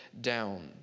down